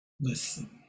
Listen